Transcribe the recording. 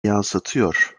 yansıtıyor